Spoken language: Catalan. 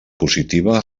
positiva